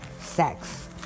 sex